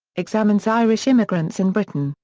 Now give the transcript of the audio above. examines irish immigrants in britain,